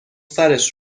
سرش